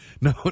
No